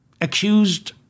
accused